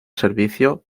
servicio